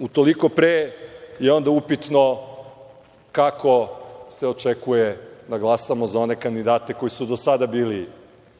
Utoliko pre je onda upitno kako se očekuje da glasamo za one kandidate koji su do sada bili